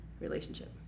relationship